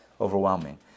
overwhelming